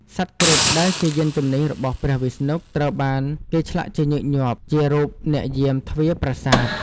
សត្វគ្រុឌដែលជាយានជំនិះរបស់ព្រះវិស្ណុ ត្រូវបានគេឆ្លាក់ជាញឹកញាប់ជារូបអ្នកយាមទ្វារប្រាសាទ។